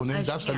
רונן דסה,